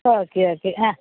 okay okay ആ